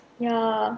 ya